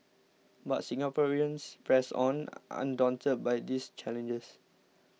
but Singaporeans pressed on undaunted by these challenges